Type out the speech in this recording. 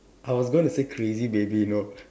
I was gonna say crazy baby you know